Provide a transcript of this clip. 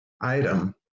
item